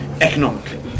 economically